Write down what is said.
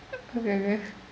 okay okay